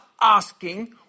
asking